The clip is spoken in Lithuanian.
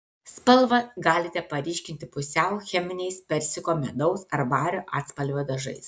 spalvą galite paryškinti pusiau cheminiais persiko medaus ar vario atspalvio dažais